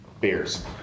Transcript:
beers